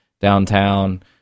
downtown